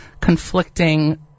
conflicting